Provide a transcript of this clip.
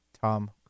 Tom